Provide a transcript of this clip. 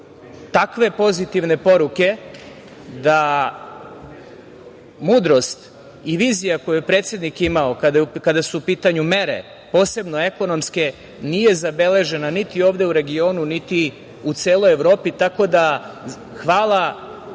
takve pozitivne poruke da mudrost i vizija koju je predsednik imao, kada su u pitanju mere, posebno ekonomske, nije zabeležena niti ovde u regionu, niti u celoj Evropi, tako da hvala